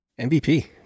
MVP